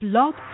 Blog